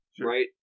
right